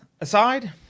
aside